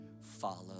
follow